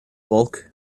bulk